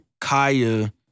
Kaya